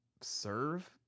serve